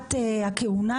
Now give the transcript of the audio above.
תקופת הכהונה,